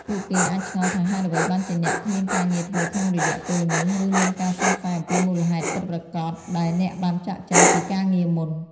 ពួកគេអាចឆ្ងល់ថាហេតុអ្វីបានជាអ្នកគ្មានការងារធ្វើក្នុងរយៈពេលនោះ ឬមានការសង្ស័យអំពីមូលហេតុពិតប្រាកដដែលអ្នកបានចាកចេញពីការងារមុន។